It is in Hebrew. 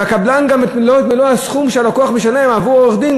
והקבלן גם לא משלם את מלוא הסכום שהלקוח משלם עבור העורך-דין.